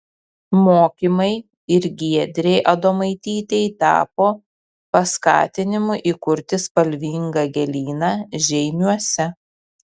mokymai ir giedrei adomaitytei tapo paskatinimu įkurti spalvingą gėlyną žeimiuose